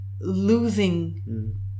losing